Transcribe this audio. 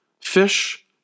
fish